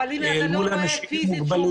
אבל זה אם אתה רואה שהוא מוגבל פיזית.